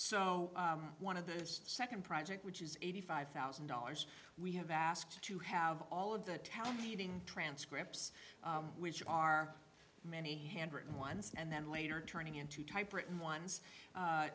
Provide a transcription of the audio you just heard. so one of the second project which is eighty five thousand dollars we have asked to have all of the town meeting transcripts which are many handwritten ones and then later turning into typewritten ones